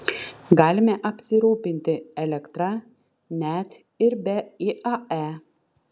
galime apsirūpinti elektra net ir be iae